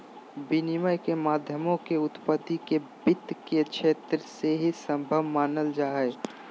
विनिमय के माध्यमों के उत्पत्ति के वित्त के क्षेत्र से ही सम्भव मानल जा हइ